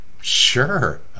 sure